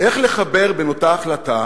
איך לחבר בין אותה החלטה